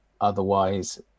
Otherwise